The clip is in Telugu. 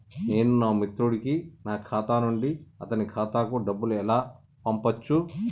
నేను నా మిత్రుడి కి నా ఖాతా నుండి అతని ఖాతా కు డబ్బు ను ఎలా పంపచ్చు?